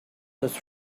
this